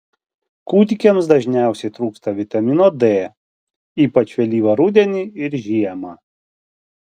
kūdikiams dažniausiai trūksta vitamino d ypač vėlyvą rudenį ir žiemą